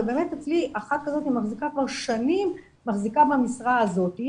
ובאמת אצלי אחת כזאת כבר שנים מחזיקה במשרה הזאת,